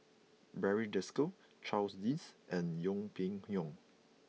Barry Desker Charles Dyce and Yeng Pway Ngon